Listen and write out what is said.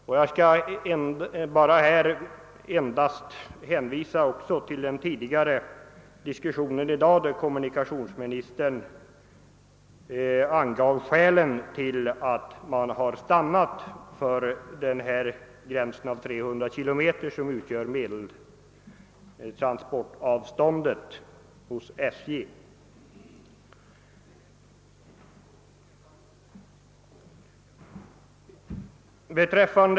Jag hänvisar beträffande denna fråga till den tidigare i dag förda diskussionen, då kommunikationsministern angav skälen för att man har stannat för 300 km, som utgör medeltransportavståndet hos SJ.